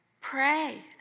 pray